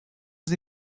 sie